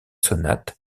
sonates